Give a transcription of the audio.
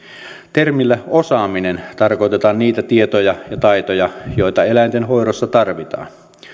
termillä osaaminen tarkoitetaan niitä tietoja ja taitoja joita eläintenhoidossa tarvitaan